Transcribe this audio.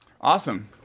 Awesome